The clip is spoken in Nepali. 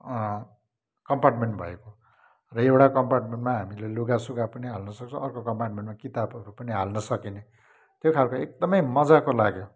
कम्पार्टमेन्ट भएको र एउटा कम्पार्टमेन्टमा हामीले लुगा सुगा पनि हाल्नु सक्छौँ अर्को कम्पार्टमेन्टमा किताबहरू पनि हाल्न सकिने त्यो खालको एकदमै मज्जाको लाग्यो